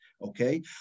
Okay